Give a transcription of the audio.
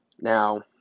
Now